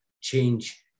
change